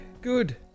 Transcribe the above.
good